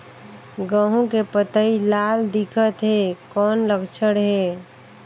गहूं के पतई लाल दिखत हे कौन लक्षण हे?